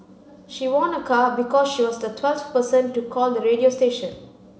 she won a car because she was the twelfth person to call the radio station